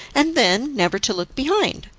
and then never to look behind.